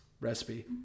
recipe